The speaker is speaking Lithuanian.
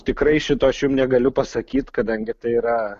tikrai šito aš jum negaliu pasakyt kadangi tai yra